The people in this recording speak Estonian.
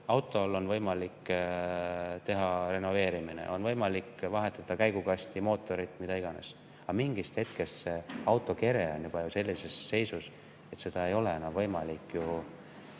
Autole on võimalik teha renoveerimine, on võimalik vahetada käigukasti, mootorit, mida iganes. Aga mingist hetkest on auto kere juba sellises seisus, et seda ei ole enam võimalik